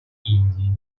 индии